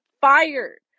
fired